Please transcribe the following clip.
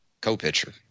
Co-pitcher